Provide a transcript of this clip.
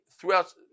throughout